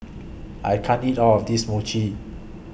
I can't eat All of This Mochi